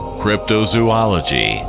cryptozoology